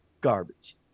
garbage